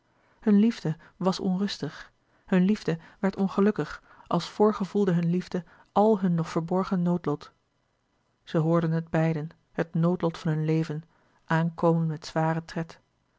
hunne liefde was onrustig hunne liefde werd ongelukkig als voorgevoelde hunne liefde al hun nog verborgen noodlot zij hoorden het beiden het noodlot van hun leven aankomen met zwaren tred